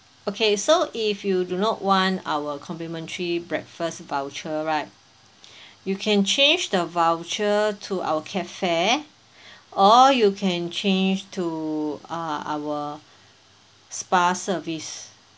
okay so if you do not want our complimentary breakfast voucher right you can change the voucher to our cafe or you can change to uh our spa service